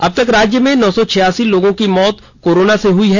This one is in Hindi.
अब तक राज्य में नौ सौ छियासी लोगों की मौत कोरोना से हुई है